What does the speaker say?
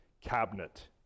cabinet